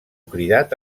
cridat